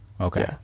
Okay